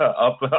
up